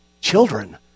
Children